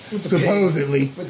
supposedly